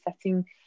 setting